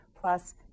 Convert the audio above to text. plus